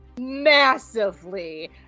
massively